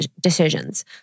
decisions